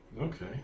Okay